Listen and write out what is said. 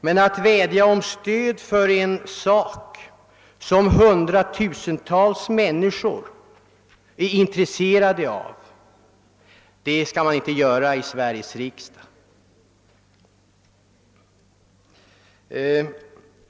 Men vädja om stöd för en sak som hundratusentals människor är intresserade av skall man tydligen inte göra i Sveriges riksdag.